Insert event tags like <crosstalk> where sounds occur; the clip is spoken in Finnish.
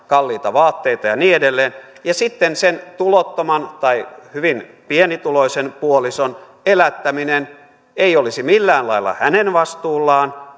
kalliita vaatteita ja niin edelleen ja sitten sen tulottoman tai hyvin pienituloisen puolison elättäminen ei olisi millään lailla hänen vastuullaan <unintelligible>